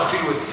תפעילו את זה.